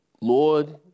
Lord